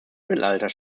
mittelalters